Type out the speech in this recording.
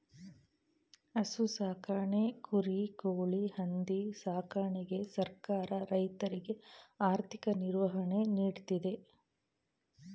ಹಸು ಸಾಕಣೆ, ಕುರಿ, ಕೋಳಿ, ಹಂದಿ ಸಾಕಣೆಗೆ ಸರ್ಕಾರ ರೈತರಿಗೆ ಆರ್ಥಿಕ ನಿರ್ವಹಣೆ ನೀಡ್ತಿದೆ